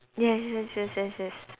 yes yes yes yes yes